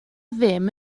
ddim